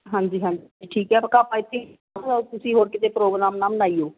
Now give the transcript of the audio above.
ਹਾਂਜੀ ਹਾਂਜੀ ਠੀਕ ਹੈ ਆਪਾਂ ਇਥੇ ਤੁਸੀਂ ਹੋਰ ਕਿਤੇ ਪ੍ਰੋਗਰਾਮ ਨਾ ਬਣਾਈਓ